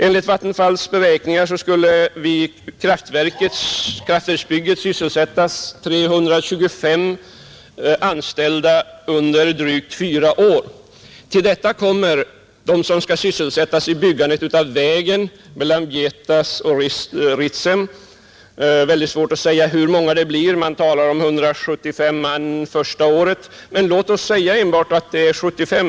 Enligt Vattenfalls beräkningar skulle vid kraftverksbygget sysselsättas 325 anställda under drygt fyra år. Till detta kommer de som skall sysselsättas med byggandet av vägen mellan Vietas och Ritsem. Det är svårt att säga hur många de blir. Det talas om 175 man första året, men låt oss säga att det blir bara 75.